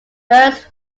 first